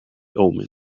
omen